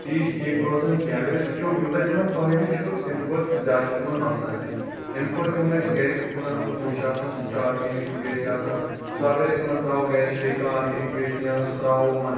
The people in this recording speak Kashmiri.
تیٖتۍ ٹھیٖک روزان کینٛہہ اگر أسۍ وٕچھو یوٗتاہ تِمن فٲیِدٕ چھُ تَمہِ کھۄتہٕ زیادٕ چھُ تِمن نۄقصان تہِ امہِ کھۄتہٕ تِم اسہِ گَرِ گُپنن ہُِند گُہہ چھُ آسان سُہ تہِ چھُ آرگیٚنِک ویسٹہٕ آسان سُہ اگرأسۍ یِمن ترٛاوو گَرِ چھ بیٚیہِ کانٛہہ آرگینِک ویسٹہٕ نیران سُہ ترٛاوو یِمَن